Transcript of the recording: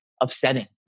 upsetting